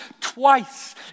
twice